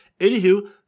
Anywho